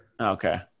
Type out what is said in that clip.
Okay